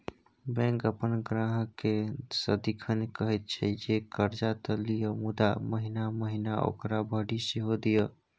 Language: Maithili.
बैंक अपन ग्राहककेँ सदिखन कहैत छै जे कर्जा त लिअ मुदा महिना महिना ओकरा भरि सेहो दिअ